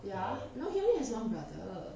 ya no he only has one brother